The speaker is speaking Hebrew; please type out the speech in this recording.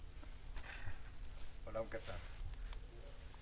חלקן אולי קצת יותר מהותיות.